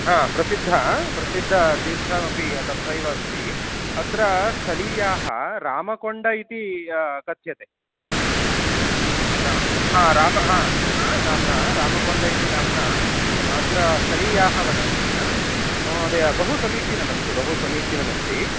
हा प्रसिद्धः प्रसिद्धः तीर्थोपि तत्रैव अस्ति अत्र स्थलीयाः रामकोण्ड इति कथ्यते रा हा राम हा हा नाम्ना रामकोण्ड इति नाम्ना अत्र स्थलीयाः वदन्ति महोदय बहु समीचीनमस्ति बहु समीचीनमस्ति